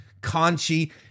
Conchi